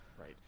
Right